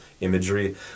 imagery